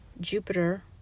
jupiter